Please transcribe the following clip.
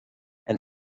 and